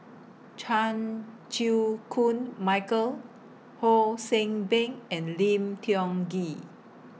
Chan Chew Koon Michael Ho See Beng and Lim Tiong Ghee